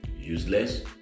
useless